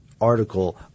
article